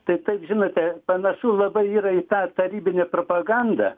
tai taip žinote panašu labai yra į tą tarybinę propagandą